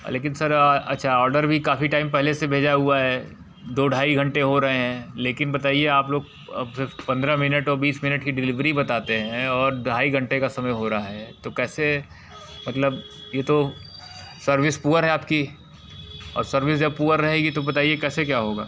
लेकिन सर अच्छा आर्डर भी काफ़ी टाइम पहले से भेजा हुआ है दो ढाई घंटे हो रहे हैं लेकिन बताइए आप लोग पंद्रह मिनट और बीस मिनट की डिलिवरी बताते हैं और ढाई घंटे का समय हो रहा है तो कैसे मतलब ये तो सर्विस पूअर है आपकी और सर्विस जब पूअर रहेगी तो बताइए कैसे क्या होगा